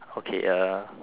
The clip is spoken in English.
okay uh